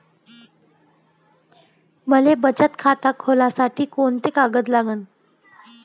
मले बचत खातं खोलासाठी कोंते कागद लागन?